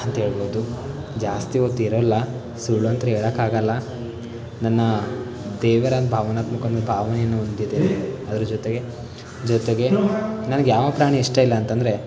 ಅಂತ ಹೇಳ್ಬೋದು ಜಾಸ್ತಿ ಹೊತ್ತು ಇರಲ್ಲ ಸುಳ್ಳು ಅಂತೂನು ಹೇಳಕ್ಕೆ ಆಗಲ್ಲ ನನ್ನ ದೇವರ ಭಾವನಾತ್ಮಕ ಒಂದು ಭಾವನೆಯನ್ನು ಹೊಂದಿದ್ದೇವೆ ಅದರ ಜೊತೆಗೆ ಜೊತೆಗೆ ನನಗೆ ಯಾವ ಪ್ರಾಣಿ ಇಷ್ಟಇಲ್ಲ ಅಂತಂದರೆ